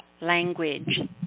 language